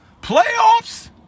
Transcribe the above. playoffs